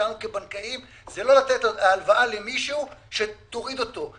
שלנו כבנקאים היא לא לתת הלוואה למישהו שתוריד אותו,